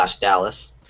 Dallas